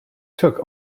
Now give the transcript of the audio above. took